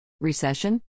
Recession